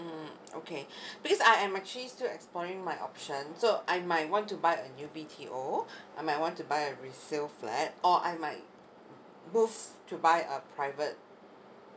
mm okay because I am actually still exploring my option so I might want to buy a new B T O I might want to buy a resale flat or I might move to buy a private